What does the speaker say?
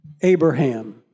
Abraham